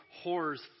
horrors